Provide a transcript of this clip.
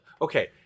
Okay